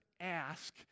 ask